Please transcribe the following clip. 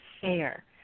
fair